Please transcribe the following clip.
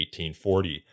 1840